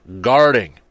guarding